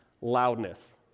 Loudness